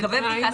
בינתיים,